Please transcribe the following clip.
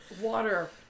water